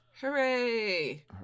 Hooray